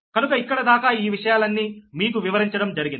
కనుక ఇక్కడ దాకా ఈ విషయాలన్నీ మీకు వివరించడం జరిగింది